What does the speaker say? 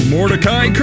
Mordecai